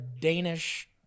Danish